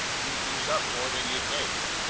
you'd use up more than you'd make!